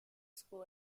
school